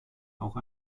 auch